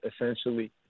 essentially